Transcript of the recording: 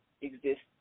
exists